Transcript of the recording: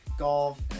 Golf